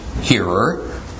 hearer